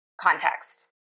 context